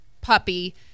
puppy